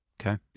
Okay